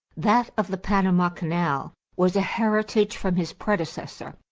that of the panama canal, was a heritage from his predecessor.